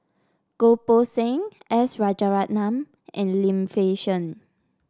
Goh Poh Seng S Rajaratnam and Lim Fei Shen